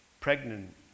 pregnant